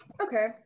Okay